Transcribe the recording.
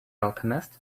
alchemist